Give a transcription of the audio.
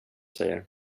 säger